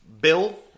Bill